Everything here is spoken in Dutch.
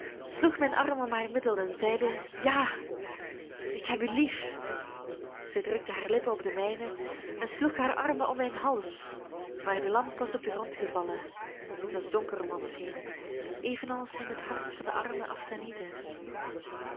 sloeg mijn arm om haar middel en zeide ja ik heb u lief zij drukte haar lippen op de mijne en sloeg haar armen om mijn hals maar de lamp was op den grond gevallen het was donker om ons heen evenals in het hart van den armen